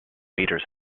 metres